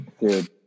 dude